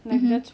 mmhmm